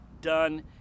done